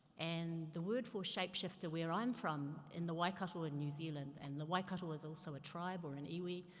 and, the word for shapeshifter where i'm from in the waikato ah new zealand, and, the waikato is also a tribe or an iwi,